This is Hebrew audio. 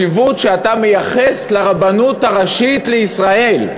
מהחשיבות שאתה מייחס לרבנות הראשית לישראל.